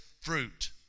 fruit